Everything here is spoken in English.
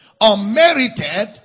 unmerited